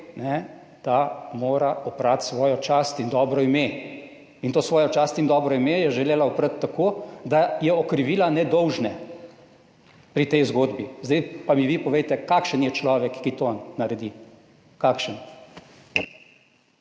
da mora oprati svojo čast in dobro ime. In to svojo čast in dobro ime je želela oprati tako, da je okrivila nedolžne pri tej zgodbi. Zdaj pa mi vi povejte, kakšen je človek, ki to naredi? Kakšen?